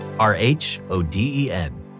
R-H-O-D-E-N